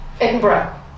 Edinburgh